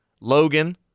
Logan